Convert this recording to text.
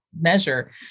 measure